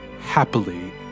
Happily